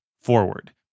forward